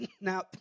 now